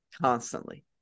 constantly